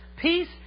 peace